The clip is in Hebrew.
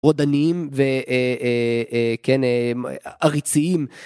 רודנים, וכן, עריציים.